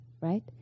right